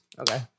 Okay